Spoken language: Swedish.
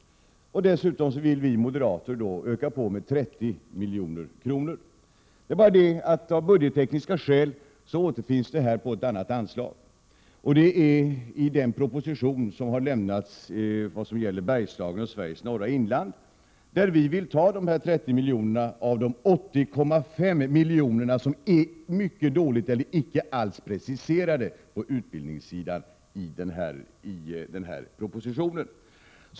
1987/88:90 vill vi moderater öka på anslaget med 30 milj.kr. Av budgettekniska skäl 23 mars 1988 återfinns emellertid allt detta på ett annat anslag, och det är i den proposition som har framlagts och som gäller Bergslagen och Sveriges norra inland. Där vill vi ta 30 milj.kr. av de 80,5 milj.kr. som är mycket dåligt eller icke alls preciserade på utbildningssidan i propositionen.